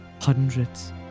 hundreds